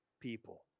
people